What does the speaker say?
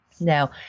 Now